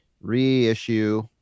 reissue